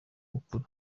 mukuru